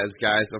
guys